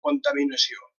contaminació